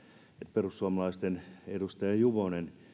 perussuomalaisten edustaja juvonen